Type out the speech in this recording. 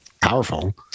powerful